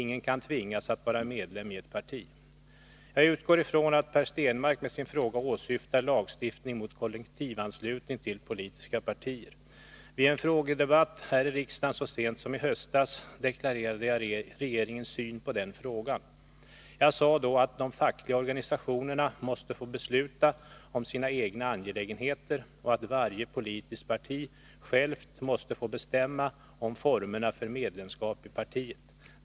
Ingen kan tvingas att vara medlem i ett parti. Jag utgår ifrån att Per Stenmarck med sin fråga åsyftar lagstiftning mot kollektivanslutning till politiska partier. Vid en frågedebatt här i riksdagen så sent som i höstas deklarerade jag regeringens syn på den frågan. Jag sade så att de fackliga organisationerna måste få besluta om sina egna angelägenheter och att varje politiskt parti självt måste få bestämma om formerna för medlemskap i partiet.